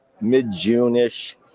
mid-June-ish